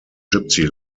gypsy